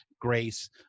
grace